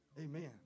Amen